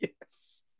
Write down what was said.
yes